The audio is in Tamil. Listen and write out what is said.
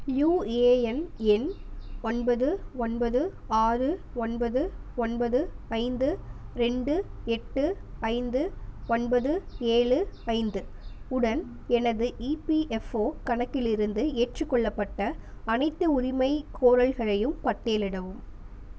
யூஏஎன் எண் ஒன்பது ஒன்பது ஆறு ஒன்பது ஒன்பது ஐந்து ரெண்டு எட்டு ஐந்து ஒன்பது ஏழு ஐந்து உடன் எனது ஈபிஎஃப்ஓ கணக்கிலிருந்து ஏற்றுக்கொள்ளப்பட்ட அனைத்து உரிமைகோரல்களையும் பட்டியலிடவும்